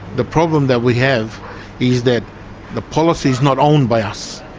the problem that we have is that the policy's not owned by us.